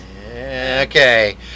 Okay